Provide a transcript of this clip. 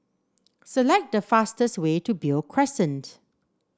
select the fastest way to Beo Crescent